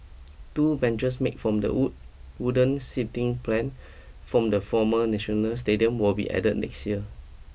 two benches made from the wood wooden seating plan from the former National Stadium will be added next year